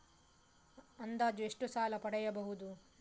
ಅಂದಾಜು ಎಷ್ಟು ಸಾಲ ಪಡೆಯಬಹುದು?